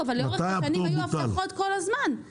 אבל לאורך השנים היו הבטחות כל הזמן.